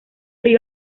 río